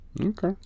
Okay